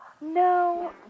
No